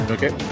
Okay